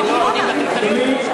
מהערבים, לא עומדים בקריטריונים.